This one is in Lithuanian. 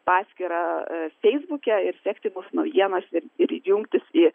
paskyrą feisbuke ir sekti mūsų naujienas ir ir jungtis į